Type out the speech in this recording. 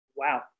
Wow